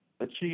achieve